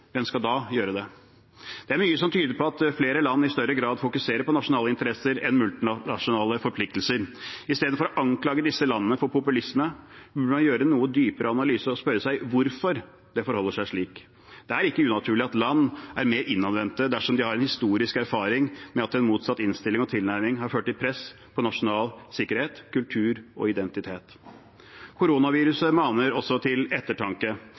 hvem skal da gjøre det? Det er mye som tyder på at flere land i større grad fokuserer på nasjonale interesser enn multinasjonale forpliktelser. I stedet for å anklage disse landene for populisme burde man gjøre en noe dypere analyse og spørre seg hvorfor det forholder seg slik. Det er ikke unaturlig at land er mer innadvendte dersom de har en historisk erfaring med at en motsatt innstilling og tilnærming har ført til press på nasjonal sikkerhet, kultur og identitet. Koronaviruset maner også til ettertanke.